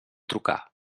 trucar